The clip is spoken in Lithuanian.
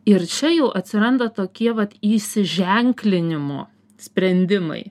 ir čia jau atsiranda tokie vat įsiženklinimo sprendimai